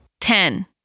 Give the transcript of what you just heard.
Ten